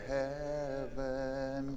heaven